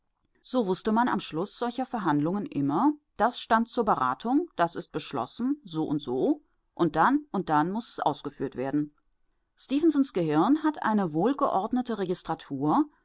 so wußte man am schluß solcher verhandlungen immer das stand zur beratung das ist beschlossen so und so dann und dann muß es ausgeführt werden stefensons gehirn hat eine wohlgeordnete registratur